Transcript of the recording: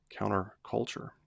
counterculture